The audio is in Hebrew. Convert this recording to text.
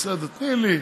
בסדר, בסדר, תני לי.